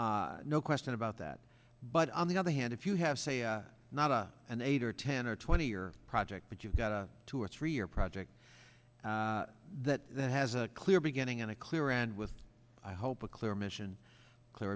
contract no question about that but on the other hand if you have say not a an eight or ten or twenty year project but you've got a two or three year project that has a clear beginning and a clear and with i hope a clear mission clear